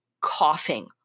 coughing